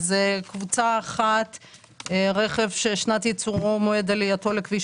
א ב ג ד ה קבוצת מחיר ששנת ייצורו או מועד עלייתו לכביש